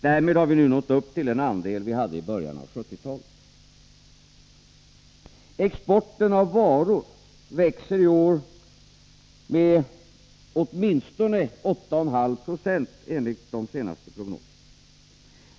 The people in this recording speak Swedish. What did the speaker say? Därmed har vi nu nått upp till den andel vi hade i början av 1970-talet. Exporten av varor växer i år med åtminstone 8,5 20 enligt de senaste prognoserna.